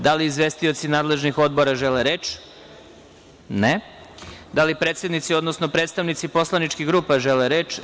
Da li izvestioci nadležnih odbora žele reč? (Ne) Da li predsednici, odnosno predstavnici poslaničkih grupa žele reč?